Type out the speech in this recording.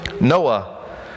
noah